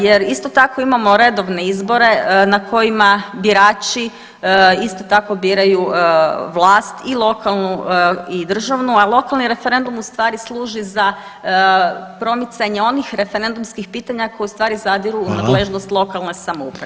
Jer isto tako imamo redovne izbore na kojima birači isto tako biraju vlast i lokalnu i državnu, a lokalni referendum u stvari služi za promicanje onih referendumskih pitanja koja u stvari zadiru u nadležnost lokalne samouprave.